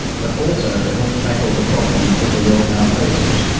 but also to help tackle the problems that the world now faces,